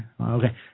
Okay